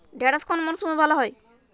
ঢেঁড়শ কোন মরশুমে ভালো হয়?